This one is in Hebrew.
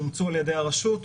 אומצו על ידי הרשות,